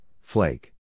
flake